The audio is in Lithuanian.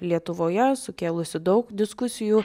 lietuvoje sukėlusi daug diskusijų